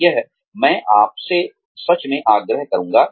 यह मैं आपसे सच में आग्रह करूंगा